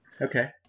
okay